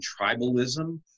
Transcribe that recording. tribalism